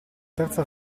terza